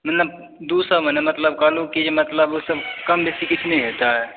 मतलब दू सए मे नहि मतलब कहलहुॅं कीजे मतलब कम बेसी किछु नहि हेतै